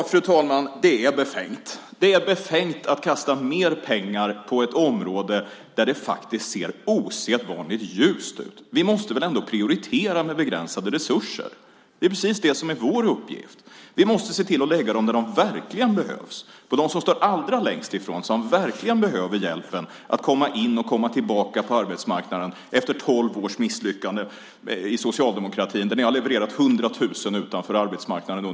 Fru talman! Det är befängt. Det är befängt att satsa mer pengar på ett område där det ser osedvanligt ljust ut. Vi måste väl ändå prioritera med begränsade resurser. Det är det som är vår uppgift. Vi måste se till att lägga resurserna där de verkligen behövs, på dem som står allra längst ifrån eller måste komma tillbaka på arbetsmarknaden efter tolv års misslyckanden i socialdemokratin där ni har levererat 100 000 under 24 år utanför arbetsmarknaden.